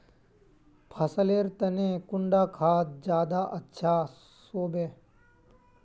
फसल लेर तने कुंडा खाद ज्यादा अच्छा सोबे?